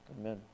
Amen